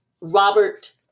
Robert